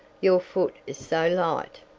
your foot is so light.